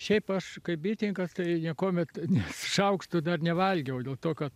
šiaip aš kaip bitininkas niekuomet ne šaukštu dar nevalgiau dėl to kad